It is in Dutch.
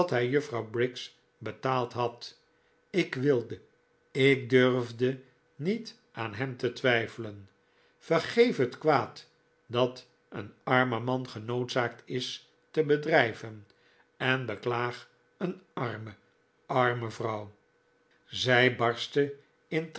juffrouw briggs betaald had ik wilde ik durfde niet aan hem te twijfelen vergeef het kwaad dat een artne man genoodzaakt is te bedrijven en beklaag een arme arme vrouw zij barstte in